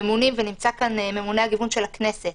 נמצא כאן ממונה הגיוון של הכנסת,